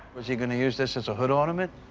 is he gonna use this as a hood ornament?